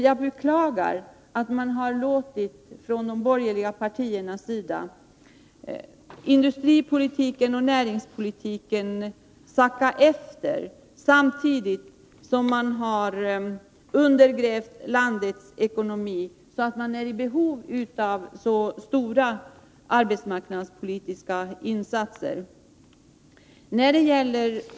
Jag beklagar att man från de borgerliga partiernas sida harlåtit industripolitiken och näringspolitiken sacka efter samtidigt som man har undergrävt landets ekonomi så att vi nu är i behov av stora arbetsmarknadspolitiska insatser.